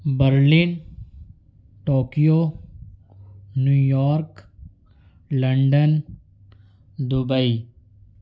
Berlin Tokyo New York London Dubai